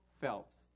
Phelps